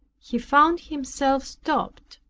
he found himself stopped,